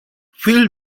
fill